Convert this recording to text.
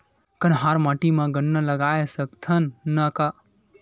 कन्हार माटी म गन्ना लगय सकथ न का?